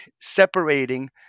separating